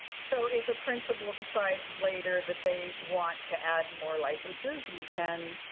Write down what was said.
so if a principal decides later that they want to add more licenses, we can.